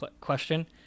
question